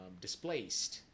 displaced